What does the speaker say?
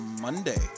Monday